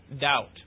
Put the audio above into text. doubt